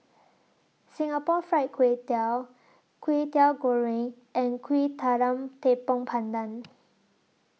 Singapore Fried Kway Tiao Kwetiau Goreng and Kueh Talam Tepong Pandan